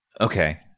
Okay